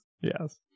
Yes